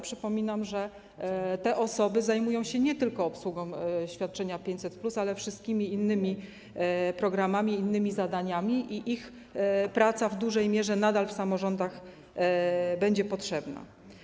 Przypominam, że te osoby zajmują się nie tylko obsługą świadczenia 500+, ale i wszystkimi innymi programami, innymi zadaniami i ich praca w dużej mierze nadal w samorządach będzie potrzebna.